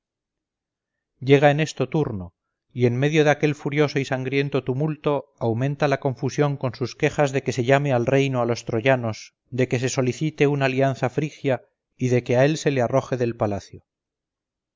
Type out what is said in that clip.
llega en esto turno y en medio de aquel furioso y sangriento tumulto aumenta la confusión con sus quejas de que se llame al reino a los troyanos de que se solicite una alianza frigia y de que a él se le arroje del palacio